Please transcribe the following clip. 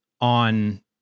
on